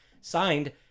signed